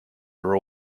were